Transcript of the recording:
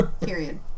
Period